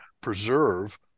preserve